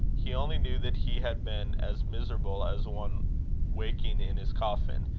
he only knew that he had been as miserable as one waking in his coffin,